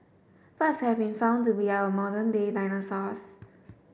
birds have been found to be our modern day dinosaurs